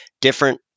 different